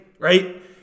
Right